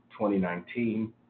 2019